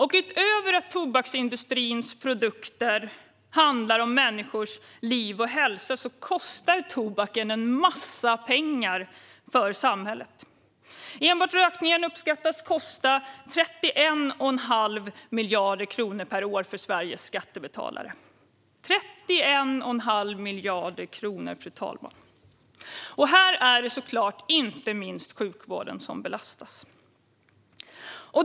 Utöver att tobaksindustrins produkter handlar om människors liv och hälsa kostar tobaken en massa pengar för samhället. Enbart rökningen uppskattas kosta 31,5 miljarder kronor per år för Sveriges skattebetalare. Här belastas såklart inte minst sjukvården.